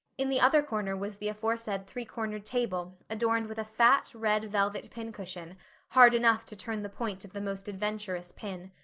in the other corner was the aforesaid three-corner table adorned with a fat, red velvet pin-cushion hard enough to turn the point of the most adventurous pin.